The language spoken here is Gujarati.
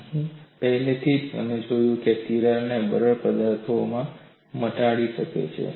અમે પહેલેથી જ જોયું છે તે તિરાડ બરડ પદાર્થમાં મટાડી શકે છે